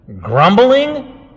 grumbling